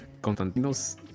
Constantinos